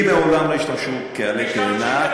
בי מעולם לא השתמשו כעלה תאנה,